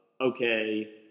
okay